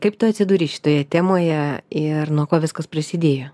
kaip tu atsiduri šitoje temoje ir nuo ko viskas prasidėjo